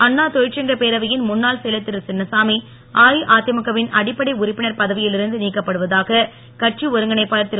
அண்ணா தொழிற்சங்கப் பேரவையின் முன்னாள் செயலர் திருசின்னசாமி அஇஅதிமுக வின் அடிப்படை உறுப்பினர் பதவியில் இருந்து நீக்கப்படுவதாக கட்சி ஒருங்கிணைப்பாளர் திரு